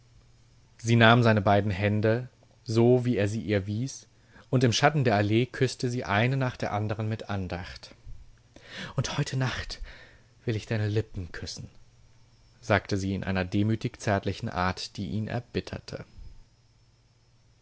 sie nahm seine beiden hände so wie er sie ihr wies und im schatten der allee küßte sie eine nach der andern mit andacht und heute nacht will ich deine lippen küssen sagte sie in einer demütig zärtlichen art die ihn erbitterte